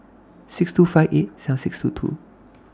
six thousand two hundred and fifty eight seven thousand six hundred and twenty two